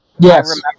Yes